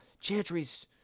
Chantry's